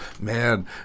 man